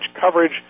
coverage